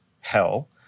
hell